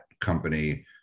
company